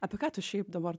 apie ką tu šiaip dabar